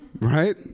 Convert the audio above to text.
right